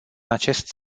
acest